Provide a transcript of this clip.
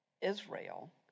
Israel